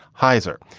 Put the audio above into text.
heizer.